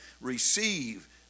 receive